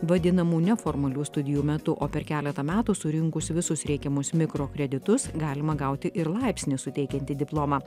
vadinamų neformalių studijų metu o per keletą metų surinkus visus reikiamus mikro kreditus galima gauti ir laipsnį suteikiantį diplomą